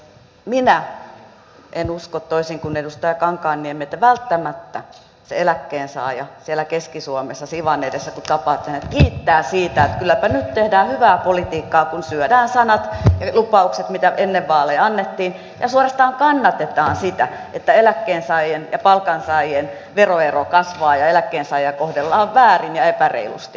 minä en usko toisin kuin edustaja kankaanniemi että välttämättä se eläkkeensaaja siellä keski suomessa siwan edessä kun tapaatte kiittää siitä että kylläpä nyt tehdään hyvää politiikkaa kun syödään sanat lupaukset mitä ennen vaaleja annettiin ja suorastaan kannatetaan sitä että eläkkeensaajien ja palkansaajien veroero kasvaa ja eläkkeensaajia kohdellaan väärin ja epäreilusti